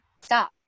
stop